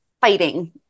fighting